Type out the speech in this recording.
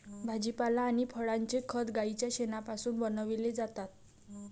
भाजीपाला आणि फळांचे खत गाईच्या शेणापासून बनविलेले जातात